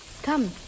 Come